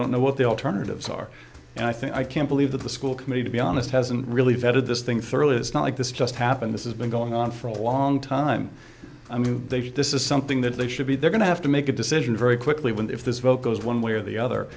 don't know what the alternatives are and i think i can't believe that the school committee to be honest hasn't really vetted this thing thoroughly it's not like this just happened this is been going on for a long time i mean they did this is something that they should be they're going to have to make a decision very quickly when if this vote goes one way or the other